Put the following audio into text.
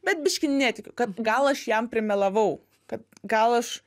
bet biški netikiu kad gal aš jam primelavau kad gal aš